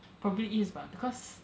probably is bah because